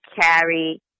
carry